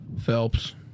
Phelps